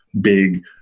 big